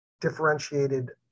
differentiated